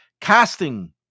casting